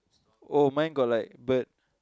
oh mine got like bird